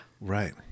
right